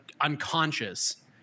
unconscious